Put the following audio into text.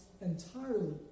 entirely